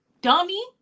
dummy